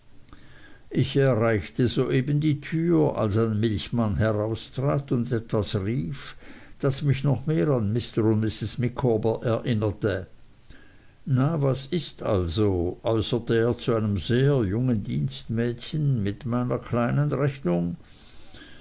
ich erreichte soeben die tür als ein milchmann heraustrat und etwas rief das mich noch mehr an mr und mrs micawber erinnerte na was ist also äußerte er zu einem sehr jungen dienstmädchen mit meiner kleinen rechnung